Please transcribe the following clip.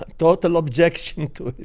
but total objection to it.